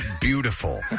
beautiful